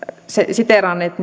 siteeranneet